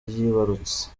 yibarutse